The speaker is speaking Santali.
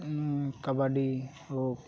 ᱠᱟᱵᱟᱰᱤ ᱠᱚ